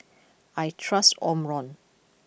I trust Omron